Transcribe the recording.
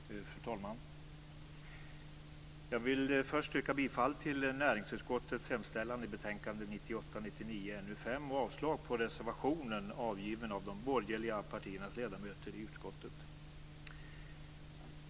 Fru talman! Jag vill först yrka bifall till näringsutskottets hemställan i betänkande 1998/99:NU5 och avslag på reservationen avgiven av de borgerliga partiernas ledamöter i utskottet.